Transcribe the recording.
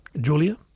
Julia